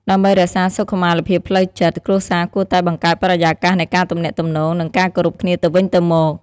ដើម្បីរក្សាសុខុមាលភាពផ្លូវចិត្ត គ្រួសារគួរតែ បង្កើតបរិយាកាសនៃការទំនាក់ទំនង និងការគោរពគ្នាទៅវិញទៅមក។